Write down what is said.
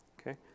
Okay